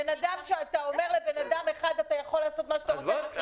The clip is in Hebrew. לאדם אחד אתה אומר: אתה יכול לעשות מה שאתה רוצה?